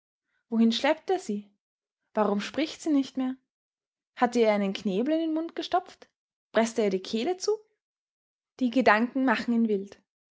wohin schleppt er sie warum spricht sie nicht mehr hat er ihr einen knebel in den mund gestopft preßt er ihr die kehle zu die gedanken machen ihn wild